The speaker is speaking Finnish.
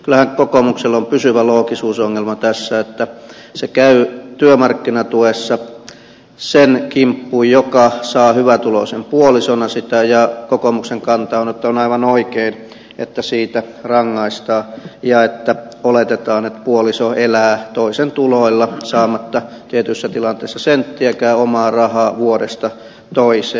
kyllähän kokoomuksella on pysyvä loogisuusongelma tässä että se käy työmarkkinatuessa sen kimppuun joka saa hyvätuloisen puolisona sitä ja kokoomuksen kanta on että on aivan oikein että siitä rangaistaan ja että oletetaan että puoliso elää toisen tuloilla saamatta tietyissä tilanteissa senttiäkään omaa rahaa vuodesta toiseen